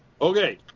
Okay